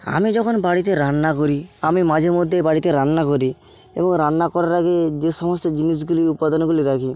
আমি যখন বাড়িতে রান্না করি আমি মাঝে মদ্যেই বাড়িতে রান্না করি এবং রান্না করার আগে যে সমস্ত জিনিসগুলি উপাদানগুলি লাগে